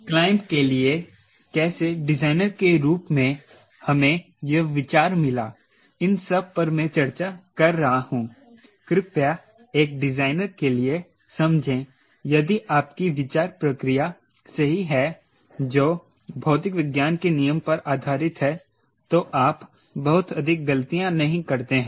climb के लिए कैसे डिजाइनर के रूप में हमें यह विचार मिला इन सब पर में चर्चा कर रहा हूं कृपया एक डिजाइनर के लिए समझें यदि आपकी विचार प्रक्रिया सही है जो भौतिक विज्ञान के नियम पर आधारित है तो आप बहुत अधिक गलतियां नहीं करते हैं